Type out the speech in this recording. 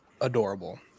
adorable